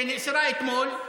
שכניסתה נאסרה אתמול,